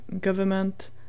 government